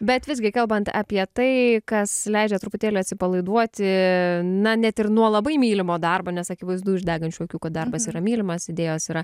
bet visgi kalbant apie tai kas leidžia truputėlį atsipalaiduoti na net ir nuo labai mylimo darbo nes akivaizdu iš degančių akių kad darbas yra mylimas idėjos yra